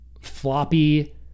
floppy